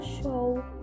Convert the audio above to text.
show